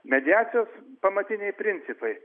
mediacijos pamatiniai principai